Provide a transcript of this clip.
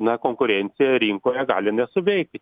na konkurencija rinkoje gali nesuveikti